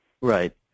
Right